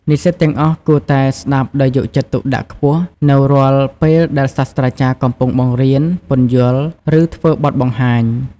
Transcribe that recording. និស្សិតទាំងអស់គួរតែ ស្ដាប់ដោយយកចិត្តទុកដាក់ខ្ពស់ នៅរាល់ពេលដែលសាស្រ្តាចារ្យកំពុងបង្រៀន ពន្យល់ ឬធ្វើបទបង្ហាញ។